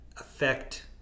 affect